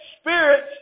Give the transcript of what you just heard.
spirits